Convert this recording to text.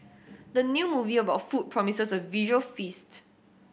the new movie about food promises a visual feast